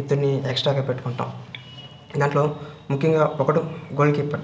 ఇద్దరినీ ఎక్స్ట్రాగా పెట్టుకుంటాం దాంట్లో ముఖ్యంగా ఒకడు గోల్ కీపర్